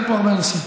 אין פה הרבה אנשים.